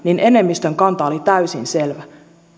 enemmistön kanta oli täysin selvä